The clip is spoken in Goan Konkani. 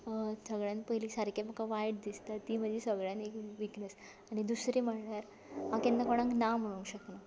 सगळ्यान पयलीं सारकें म्हाका वायट दिसता ती म्हजी सगळ्यान विकनस आनी दुसरी म्हणल्यार हांव केन्ना कोणाक ना म्हणूंक शकना